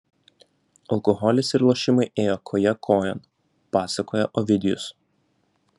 alkoholis ir lošimai ėjo koja kojon pasakoja ovidijus